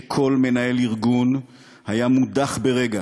וכל מנהל ארגון היה מודח ברגע